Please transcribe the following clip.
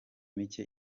mike